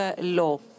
Law